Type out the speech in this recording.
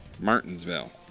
Martinsville